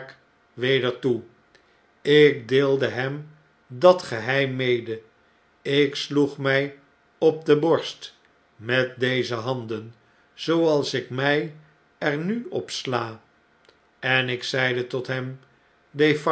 weder toe ik deelde hem dat geheim mede ik sloeg mij op de borst met deze handen zooals ik mjj er nu op sla en ik zeide tot hem